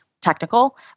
technical